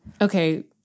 Okay